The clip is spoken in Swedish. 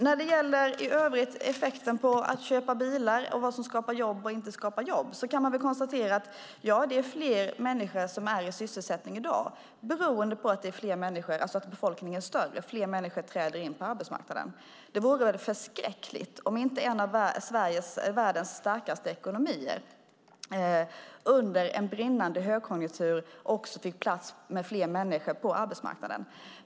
När det gäller effekten på att köpa bilar och vad som skapar jobb och inte skapar jobb kan man väl konstatera att det är fler människor som är i sysselsättning i dag beroende på att befolkningen är större. Fler människor träder in på arbetsmarknaden. Det vore väl förskräckligt om inte en av världens starkaste ekonomier under en brinnande högkonjunktur fick plats med fler människor på arbetsmarknaden.